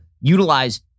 utilize